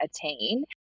attain